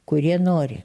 kurie nori